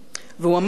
הוא אמר לי: